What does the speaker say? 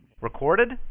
Recorded